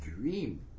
dream